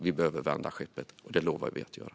Vi behöver vända skeppet, och det lovar vi att göra.